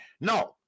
No